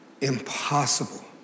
impossible